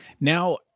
Now